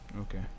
Okay